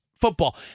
football